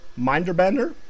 Minderbender